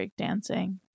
breakdancing